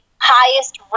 highest